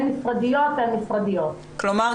כלומר,